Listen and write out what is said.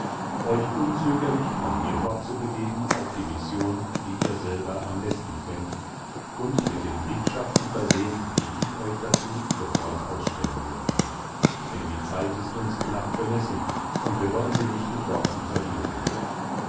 euch unzögerlich von hier fortzubegeben auf die mission die ihr selber am besten kennt und mit den briefschaften versehen die ich euch dazu sofort ausstellen werde denn die zeit ist uns knapp bemessen und wir wollen sie nicht mit worten verlieren